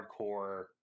hardcore